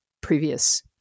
previous